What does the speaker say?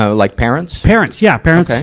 so like parents? parents, yeah. parents,